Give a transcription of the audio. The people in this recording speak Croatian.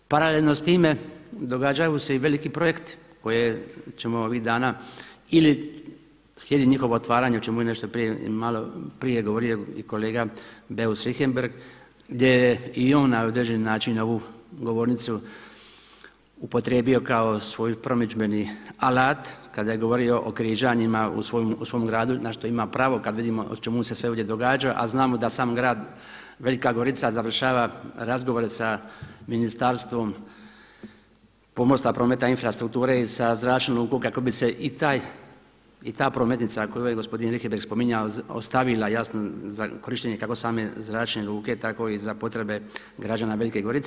Paralelno s time događaju se i veliki projekti koje ćemo ovih dana ili slijedi njihovo otvaranje o čemu je malo prije govorio i kolega Beus Richembergh gdje je i on na određeni način na ovu govornicu upotrijebio kao svoj promidžbeni alat kada je govorio o križanjima u svom gradu, na što ima pravo, kada vidimo o čemu se sve ovdje događa, a znamo da sam grad Velika Gorica završava razgovore sa Ministarstvom pomorstva, prometa i infrastrukture i sa Zračnom lukom kako bi se i ta prometnica, a koju je gospodin Richembergh spominjao ostavila jasno za korištenje kako same zračne luke, tako i za potrebe građana Velike Gorice.